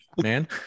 man